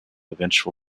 eventual